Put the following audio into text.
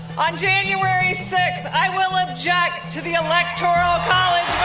on january sixth, i will object to the electoral college